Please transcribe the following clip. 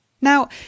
Now